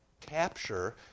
capture